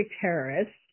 terrorists